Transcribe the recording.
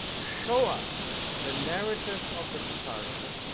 show us the narrative of the photographer,